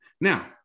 Now